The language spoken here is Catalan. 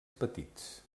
petits